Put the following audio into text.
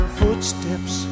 footsteps